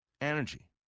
energy